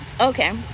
Okay